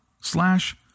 slash